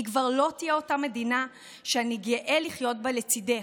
היא כבר לא תהיה אותה מדינה שאני גאה לחיות בה לצידך.